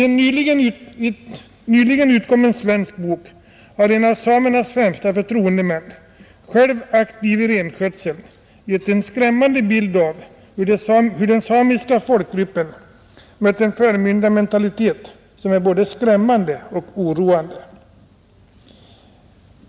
I en nyligen utkommen svensk bok har en av samernas främsta förtroendemän, själv aktiv i renskötseln, gett en skrämmande bild av hur den samiska folkgruppen mött en förmyndarmentalitet som är oroande.